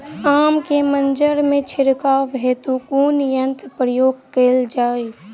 आम केँ मंजर मे छिड़काव हेतु कुन यंत्रक प्रयोग कैल जाय?